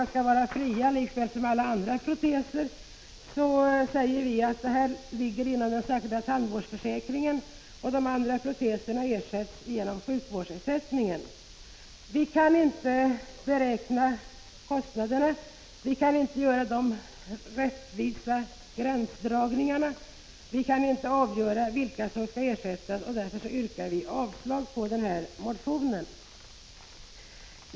Utskottet hänvisar till att kostnaden för tandproteser regleras inom ramen för den särskilda tandvårdsförsäkringen, medan kostnaden för övriga proteser regleras via sjukvårdsersättningen. Vi kan inte beräkna kostnaderna för ett genomförande av den av vpk föreslagna förändringen av tandvårdstaxan, och vi kan inte heller lösa de gränsdragningsproblem som skulle uppstå. Utskottet avstyrker därför motionen.